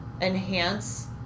enhance